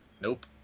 Nope